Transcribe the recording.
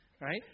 right